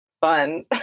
fun